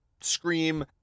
scream